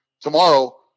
tomorrow